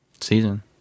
Season